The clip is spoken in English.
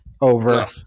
over